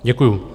Děkuju.